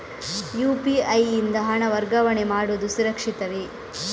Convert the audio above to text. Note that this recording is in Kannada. ಯು.ಪಿ.ಐ ಯಿಂದ ಹಣ ವರ್ಗಾವಣೆ ಮಾಡುವುದು ಸುರಕ್ಷಿತವೇ?